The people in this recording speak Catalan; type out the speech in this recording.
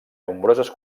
nombroses